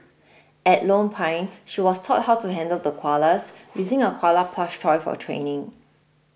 at Lone Pine she was taught how to handle the koalas using a koala plush toy for training